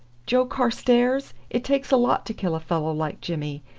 joe carstairs! it takes a lot to kill a fellow like jimmy.